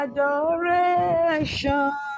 Adoration